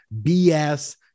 BS